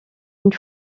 une